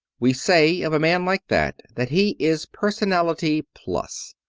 we say of a man like that that he is personality plus.